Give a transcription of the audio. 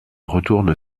retourne